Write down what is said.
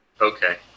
Okay